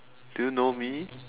do you know me